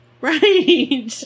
Right